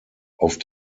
auf